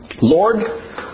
Lord